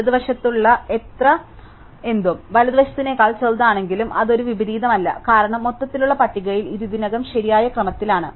ഇടതുവശത്തുള്ള എന്തും വലതുവശത്തുള്ളതിനേക്കാൾ ചെറുതാണെങ്കിൽ അത് ഒരു വിപരീതമല്ല കാരണം മൊത്തത്തിലുള്ള പട്ടികയിൽ ഇത് ഇതിനകം ശരിയായ ക്രമത്തിലാണ്